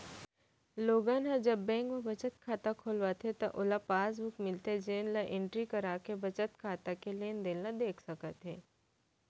लोगन ह जब बेंक म बचत खाता खोलवाथे त ओला पासबुक मिलथे जेन ल एंटरी कराके बचत खाता के लेनदेन ल देख सकत हे